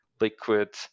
liquid